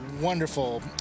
wonderful